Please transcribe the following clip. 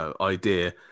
idea